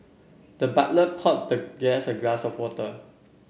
the butler poured the guest a glass of water